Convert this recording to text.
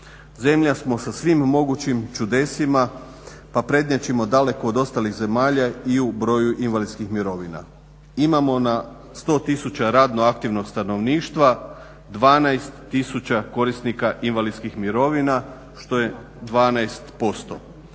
Zemlja smo sa svim mogućim čudesima, pa prednjačimo daleko od ostalih zemalja i u broju invalidskih mirovina. Imamo na sto tisuća radno aktivnog stanovništva 12000 korisnika invalidskih mirovina što je 12%